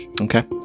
Okay